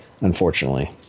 unfortunately